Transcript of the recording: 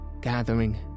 gathering